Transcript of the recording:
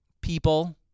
people